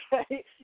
okay